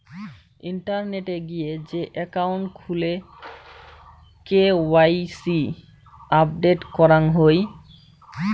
ইন্টারনেটে গিয়ে যে একাউন্ট খুলে কে.ওয়াই.সি আপডেট করাং হই